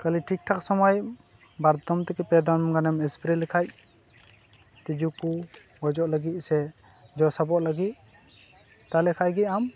ᱠᱷᱟᱞᱤ ᱴᱷᱤᱠ ᱴᱷᱟᱠ ᱥᱚᱢᱚᱭ ᱵᱟᱨᱫᱚᱢ ᱛᱮᱜᱮ ᱯᱮ ᱫᱚᱢ ᱜᱟᱱᱮᱢ ᱮᱥᱯᱨᱮ ᱞᱮᱠᱷᱟᱱ ᱛᱤᱡᱩ ᱠᱚ ᱜᱚᱡᱚᱜ ᱞᱟᱹᱜᱤᱫ ᱥᱮ ᱡᱚ ᱥᱟᱵᱚᱜ ᱞᱟᱹᱜᱤᱫ ᱛᱟᱦᱚᱞᱮ ᱠᱷᱟᱱ ᱜᱮ ᱟᱢ